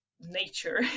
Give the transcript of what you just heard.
nature